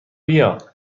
بیا